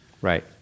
right